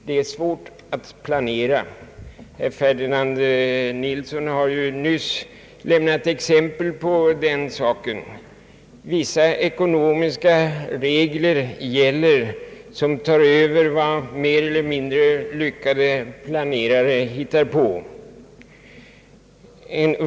Det är svårt att planera, detta har herr Ferdinand Nilsson nyss givit exempel på. Vissa ekonomiska regler gäller som väger över vad mer eller mindre lyckosamma planerare hittat på.